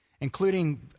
including